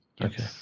Okay